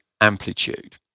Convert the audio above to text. amplitude